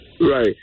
Right